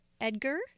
Edgar